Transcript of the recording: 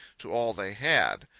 to all they had.